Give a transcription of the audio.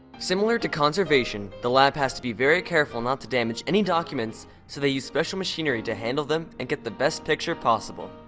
similar to conservation, the lab has to be very careful not to damage any documents, so they use special machinery to handle them and get the best picture possible.